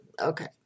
okay